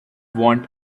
want